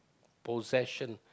possession